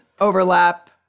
overlap